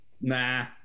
Nah